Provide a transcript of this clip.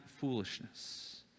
foolishness